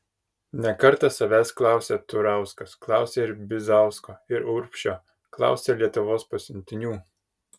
ne kartą savęs klausė turauskas klausė ir bizausko ir urbšio klausė lietuvos pasiuntinių